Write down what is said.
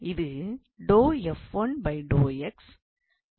இது ஆகும்